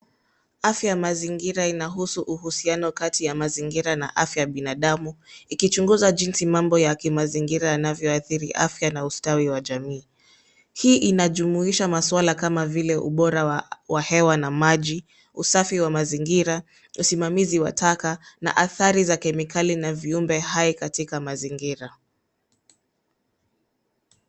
Afya ya mazingira inahusu uhusiano kati ya mazingira na afya ya binadamu, ikichunguza jinsi mambo yakimazingira yanavyoadhiri afya na ustawi wa jamii. Hii inajumuisha maswala kama vile ubora wa hewa na maji, usafi wa mazingira, usimamizi wa taka, na athari za kemikali na viumbe hai katika mazingira.